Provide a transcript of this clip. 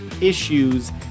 issues